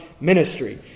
ministry